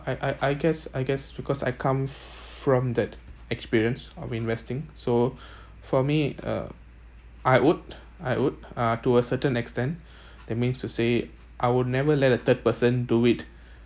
I I I guess I guess because I come from that experience of investing so for me uh I would I would uh to a certain extent that means to say I will never let a third person do it